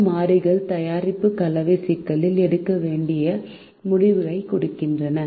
இந்த மாறிகள் தயாரிப்பு கலவை சிக்கலில் எடுக்க வேண்டிய முடிவைக் குறிக்கின்றன